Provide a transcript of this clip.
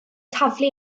taflu